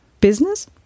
Business